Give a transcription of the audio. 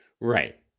right